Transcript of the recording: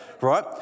right